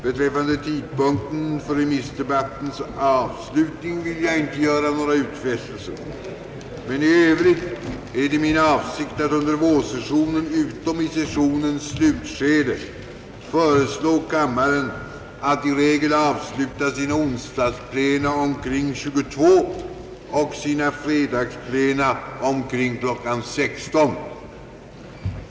Beträffande tidpunkten för remissdebattens avslutning vill jag inte göra några utfästelser, men i övrigt är det min avsikt att under vårsessionen utom i sessionens slutskede föreslå kammaren att i regel avsluta sina onsdagsplena senast omkring kl. 22.00 och sina fredagsplena senast omkring kl. 16.00.